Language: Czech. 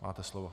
Máte slovo.